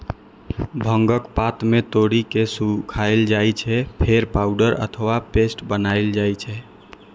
भांगक पात कें तोड़ि के सुखाएल जाइ छै, फेर पाउडर अथवा पेस्ट बनाएल जाइ छै